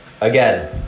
again